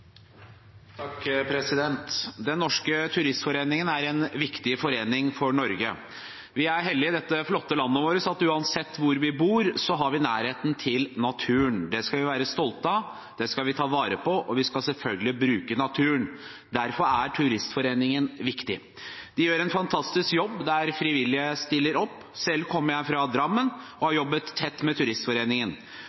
en viktig forening for Norge. Vi er heldige i dette flotte landet vårt, for uansett hvor vi bor, har vi nærhet til naturen. Det skal vi være stolte av, det skal vi ta vare på, og vi skal selvfølgelig bruke naturen. Derfor er Turistforeningen viktig. De gjør en fantastisk jobb, der frivillige stiller opp. Selv kommer jeg fra Drammen og